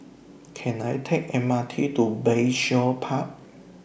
Can I Take M R T to Bayshore Park